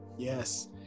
Yes